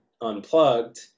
Unplugged